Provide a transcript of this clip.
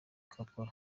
akora